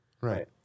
right